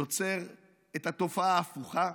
זה יוצר את התופעה ההפוכה?